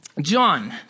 John